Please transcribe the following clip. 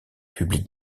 public